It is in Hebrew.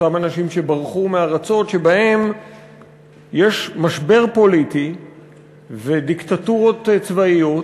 אותם אנשים שברחו מארצות שבהן יש משבר פוליטי ודיקטטורות צבאיות,